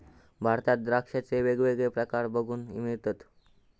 भारतात द्राक्षांचे वेगवेगळे प्रकार बघूक मिळतत